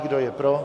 Kdo je pro?